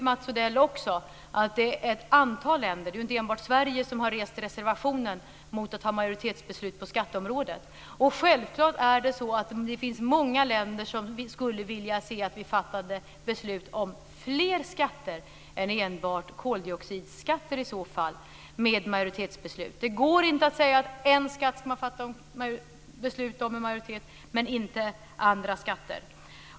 Mats Odell vet att det är ett antal länder, och inte bara Sverige, som har rest reservationer mot att fatta majoritetsbeslut på skatteområdet. Självfallet finns det många länder som skulle vilja se att vi i så fall fattade beslut om fler skatter än enbart koldioxidskatter med majoritetsbeslut. Det går inte att säga att man ska fatta beslut om en skatt med majoritet, men inte om andra skatter.